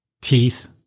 teeth